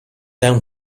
down